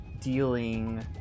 Dealing